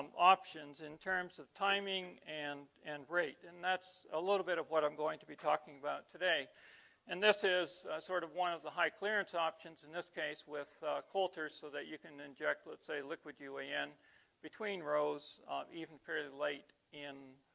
options in terms of timing and and rate, and that's a little bit of what i'm going to be talking about today and this is sort of one of the high clearance options in this case with coulter's so that you can inject let's say liquid uan yeah between rows even fairly late in